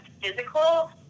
physical